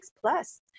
plus